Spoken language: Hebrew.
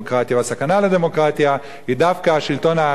והסכנה לדמוקרטיה היא דווקא שלטון העריצות,